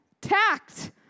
tact